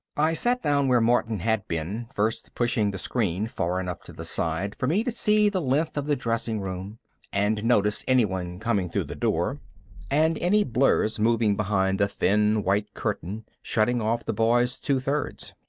i sat down where martin had been, first pushing the screen far enough to the side for me to see the length of the dressing room and notice anyone coming through the door and any blurs moving behind the thin white curtain shutting off the boys' two-thirds.